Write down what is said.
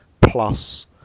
plus